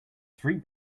three